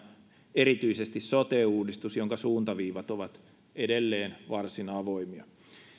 erityisesti sote uudistus jonka suuntaviivat ovat edelleen varsin avoimia